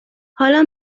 حالا